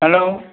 hello